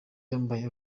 yambaye